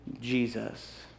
Jesus